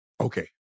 okay